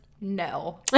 no